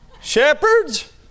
Shepherds